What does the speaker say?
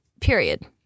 Period